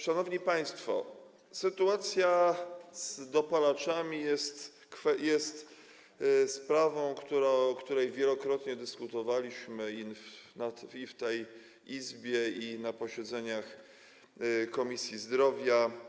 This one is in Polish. Szanowni państwo, sytuacja z dopalaczami jest sprawą, o której wielokrotnie dyskutowaliśmy i w tej Izbie, i na posiedzeniach Komisji Zdrowia.